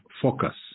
focus